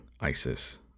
ISIS